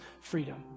freedom